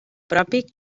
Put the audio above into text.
propi